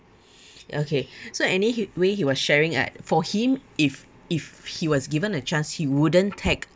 okay so anyway he was sharing like for him if if he was given a chance he wouldn't tag